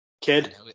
Kid